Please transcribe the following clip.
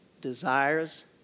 desires